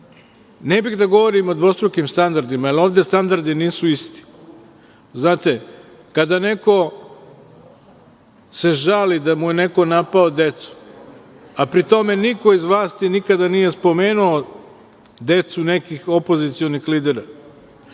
ne bih da govorim o dvostrukim standardima, jer ovde standardi nisu isti. Znate, kada neko se žali da mu je neko napao decu, a pri tome niko iz vlasti nikada nije spomenuo decu nekih opozicionih lidera,